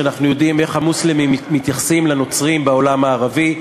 ואנחנו יודעים איך המוסלמים מתייחסים לנוצרים בעולם הערבי.